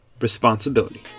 responsibility